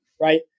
right